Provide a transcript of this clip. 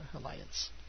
Alliance